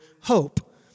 hope